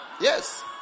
Yes